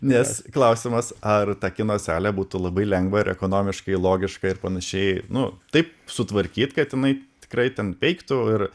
nes klausimas ar ta kino salė būtų labai lengva ir ekonomiškai logiška ir panašiai nu taip sutvarkyt kad jinai tikrai ten peiktų ir